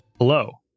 Hello